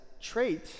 trait